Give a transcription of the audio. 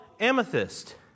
amethyst